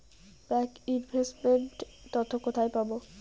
Bank investment তথ্য কোথায় পাব?